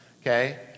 Okay